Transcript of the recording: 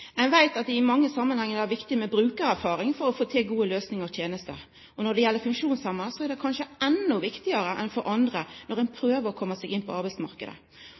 Eg ser at vi har ein veg å gå. Ein veit at det i mange samanhengar er viktig med brukarerfaring for å få til gode løysingar og tenester. Når det gjeld funksjonshemma, er det kanskje endå viktigare enn for andre når ein prøver å koma seg inn på